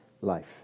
life